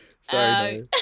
Sorry